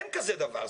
אין כזה דבר.